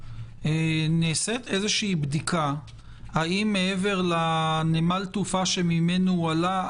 נעשית איזו בדיקה האם מעבר לנמל התעופה ממנו הוא עלה,